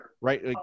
right